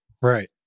Right